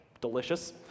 delicious